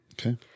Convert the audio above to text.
Okay